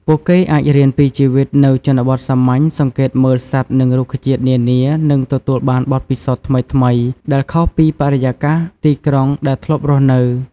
ពួកគេអាចរៀនពីជីវិតនៅជនបទសាមញ្ញ សង្កេតមើលសត្វនិងរុក្ខជាតិនានា និងទទួលបានបទពិសោធន៍ថ្មីៗដែលខុសពីបរិយាកាសទីក្រុងដែលធ្លាប់រស់នៅ។